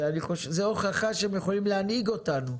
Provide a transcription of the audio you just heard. זה הוכחה שהם יכולים להנהיג אותנו,